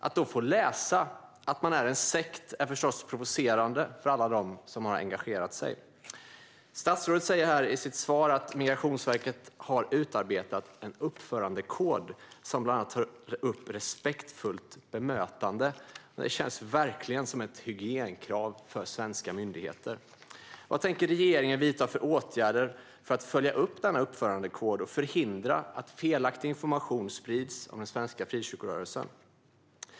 Att då få läsa att man är en sekt är förstås provocerande för alla dem som har engagerat sig. Statsrådet säger i sitt svar att Migrationsverket har utarbetat en uppförandekod som bland annat tar upp respektfullt bemötande. Det känns verkligen som ett hygienkrav för svenska myndigheter! Vad tänker regeringen vidta för åtgärder för att följa upp denna uppförandekod och förhindra att felaktig information sprids om den svenska frikyrkorörelsen?